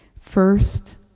First